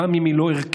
גם אם היא לא ערכית,